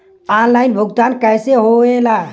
Online भुगतान कैसे होए ला?